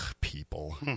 people